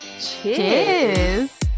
cheers